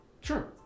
Sure